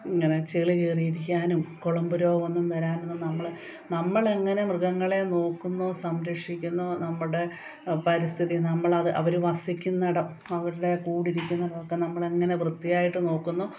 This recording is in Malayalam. ഇങ്ങനെ ചെളി കയറിയിരിക്കാനും കുളമ്പ് രോഗമൊന്നും വരാനൊന്നും നമ്മള് നമ്മളെങ്ങനെ മൃഗങ്ങളെ നോക്കുന്നു സംരക്ഷിക്കുന്നു നമ്മടെ പരിസ്ഥിതി നമ്മളത് അവര് വസിക്കുന്ന ഇടം അവരുടെ കൂടിരിക്കുന്നിടമൊക്കെ നമ്മള് എങ്ങനെ വൃത്തിയായിട്ട് നോക്കുന്നോ